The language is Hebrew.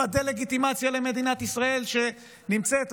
עם הדה-לגיטימציה למדינת ישראל שנמצאת,